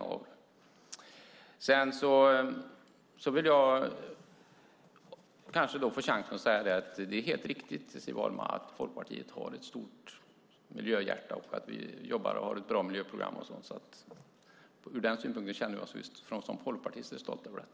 Jag vill ta chansen och säga till Siv Holma att det är helt riktigt att Folkpartiet har ett stort miljöhjärta och att vi jobbar, har ett bra miljöprogram och så vidare. Som folkpartister är vi stolta över detta.